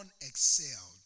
excelled